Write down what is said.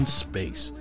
space